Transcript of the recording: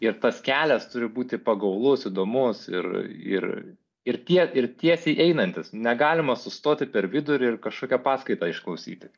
ir tas kelias turi būti pagaulus įdomus ir ir ir tie ir tiesiai einantis negalima sustoti per vidurį ir kažkokią paskaitą išklausyti